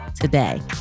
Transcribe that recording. today